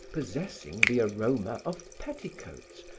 possessing the aroma of petticoats,